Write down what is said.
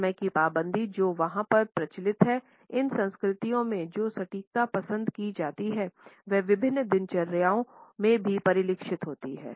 समय की पाबंदी जो वहां पर प्रचलित है और इन संस्कृतियों में जो सटीकता पसंद की जाती है वह विभिन्न दिनचर्याओं में भी परिलक्षित होती है